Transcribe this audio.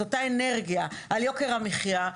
את אותה אנרגיה על יוקר המחיה,